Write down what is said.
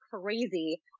crazy